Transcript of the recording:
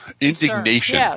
indignation